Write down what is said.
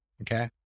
Okay